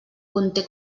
conté